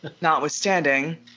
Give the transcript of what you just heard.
notwithstanding